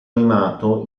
animato